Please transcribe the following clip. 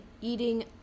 eating